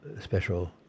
special